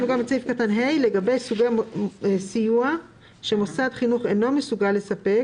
לגבי סוגי סיוע שמוסד חינוך אינו מסוגל לספק